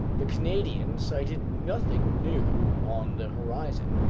the canadian sighted nothing new on the horizon,